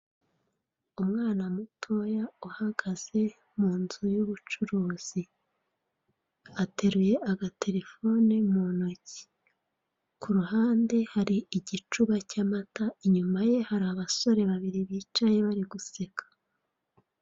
Umwana mutoya uhagaze mu nzu y'ubucuruzi, ateruye agatelefone mu ntoki; ku ruhande hari igicuba cy'amata, inyuma ye hari abasore babiri bicaye bari guseka.